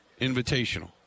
invitational